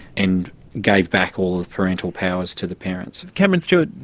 and gave back all the parental powers to the parents. cameron stewart,